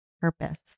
purpose